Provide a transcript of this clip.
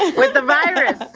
with the virus,